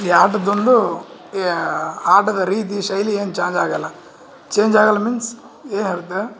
ಈ ಆಟದ್ದೊಂದು ಆಟದ ರೀತಿ ಶೈಲಿ ಏನು ಚಾಂಜ್ ಆಗೋಲ್ಲ ಚೇಂಜ್ ಆಗೋಲ್ಲ ಮೀನ್ಸ್